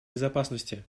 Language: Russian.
безопасности